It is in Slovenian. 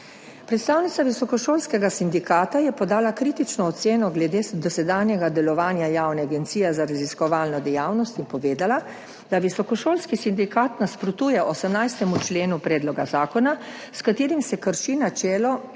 Predstavnica Visokošolskega sindikata Slovenije je podala kritično oceno glede dosedanjega delovanja Javne agencije za raziskovalno dejavnost in povedala, da Visokošolski sindikat nasprotuje 18. členu predloga zakona, s katerim se krši načelo o